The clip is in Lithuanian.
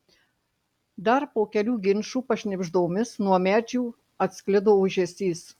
dar po kelių ginčų pašnibždomis nuo medžių atsklido ūžesys